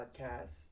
Podcast